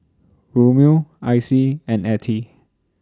Romeo Icey and Ettie